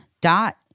dot